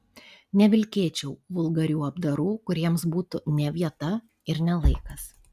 nevilkėčiau vulgarių apdarų kuriems būtų ne vieta ir ne laikas